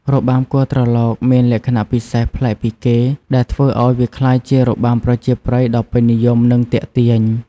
របាំគោះត្រឡោក មានលក្ខណៈពិសេសប្លែកពីគេ ដែលធ្វើឱ្យវាក្លាយជារបាំប្រជាប្រិយដ៏ពេញនិយម និងទាក់ទាញ។